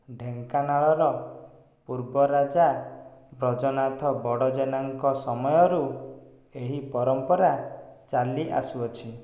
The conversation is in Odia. ଢେଙ୍କାନାଳର ପୂର୍ବ ରାଜା ବ୍ରଜନାଥ ବଡ଼ଜେନାଙ୍କ ସମୟରୁ ଏହି ପରମ୍ପରା ଚାଲି ଆସୁଅଛି